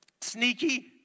sneaky